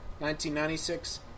1996